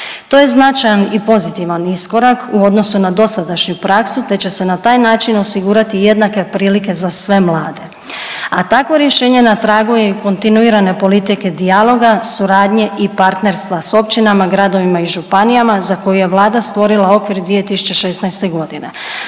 To je značajan i pozitivan iskorak u odnosu na dosadašnju praksu, te će se na taj način osigurati jednake prilike za sve mlade, a takvo rješenje na tragu je i kontinuirane politike dijaloga, suradnje i partnerstva sa općinama, gradovima i županijama za koju je Vlada stvorila okvir 2016. godine,